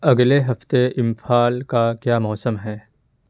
اگلے ہفتے امفال کا کیا موسم ہے